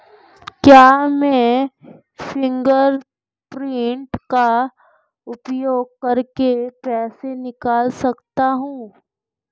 क्या मैं फ़िंगरप्रिंट का उपयोग करके पैसे निकाल सकता हूँ?